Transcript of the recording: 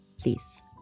please